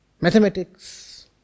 Mathematics